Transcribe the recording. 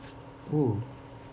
oo